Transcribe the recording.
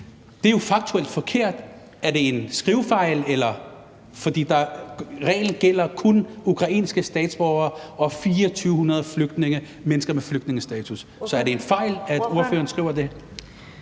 Det er jo faktuelt forkert. Er det en skrivefejl? For reglen gælder kun ukrainske statsborgere og 2.400 mennesker med flygtningestatus. Så er det en fejl, at ordføreren skriver det?